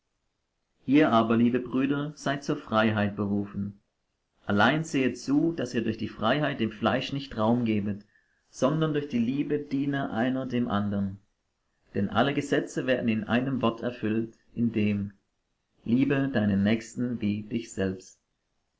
ihr aber liebe brüder seid zur freiheit berufen allein sehet zu daß ihr durch die freiheit dem fleisch nicht raum gebet sondern durch die liebe diene einer dem andern denn alle gesetze werden in einem wort erfüllt in dem liebe deinen nächsten wie dich selbst